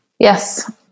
Yes